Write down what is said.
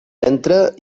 entra